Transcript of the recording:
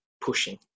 pushing